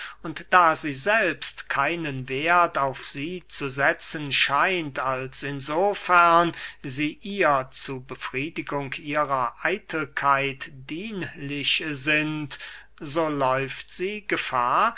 und da sie selbst keinen werth auf sie zu setzen scheint als in so fern sie ihr zu befriedigung ihrer eitelkeit dienlich sind so läuft sie gefahr